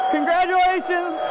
Congratulations